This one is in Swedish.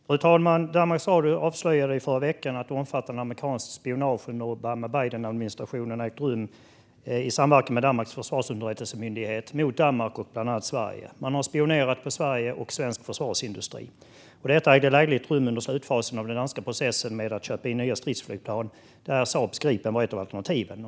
Fru talman! Danmarks Radio avslöjade i förra veckan att ett omfattande amerikanskt spionage under Obama-Biden-administrationen ägt rum i samverkan med Danmarks försvarsunderrättelsemyndighet mot Danmark och bland annat Sverige. Man har spionerat på Sverige och svensk försvarsindustri. Detta ägde lägligt rum under slutfasen av den danska processen med att köpa in nya stridsflygplan, där Saabs Gripen var ett av alternativen.